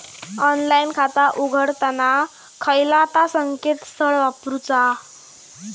Online खाता उघडताना खयला ता संकेतस्थळ वापरूचा?